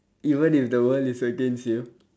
even if the world is against you